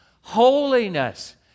Holiness